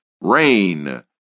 RAIN